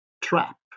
trap